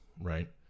right